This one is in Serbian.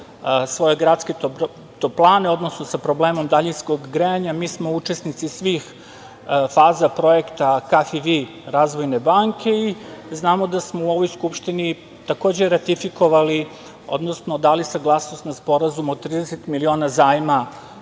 svoje gradske toplane, odnosno sa problemom daljinskog grejanja. Mi smo učesnici svih faza projekta KfW razvojne banke i znamo da smo u ovoj Skupštini, takođe, ratifikovali, odnosno dali saglasnost na Sporazum od 30 miliona zajma